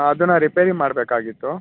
ಅದನ್ನು ರಿಪೇರಿ ಮಾಡಬೇಕಾಗಿತ್ತು